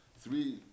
three